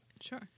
Sure